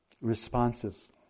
responses